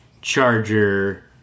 charger